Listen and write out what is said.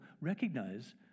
recognize